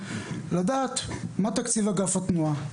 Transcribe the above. לדעת מה תקציב אגף התנועה,